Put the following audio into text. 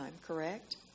correct